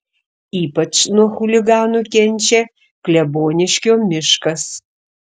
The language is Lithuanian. ypač nuo chuliganų kenčia kleboniškio miškas